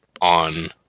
on